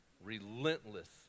relentless